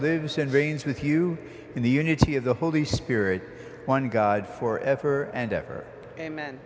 lives in veins with you in the unity of the holy spirit one god for ever and ever amen